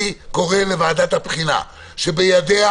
אני קורא לוועדת הבחינה, שבידיה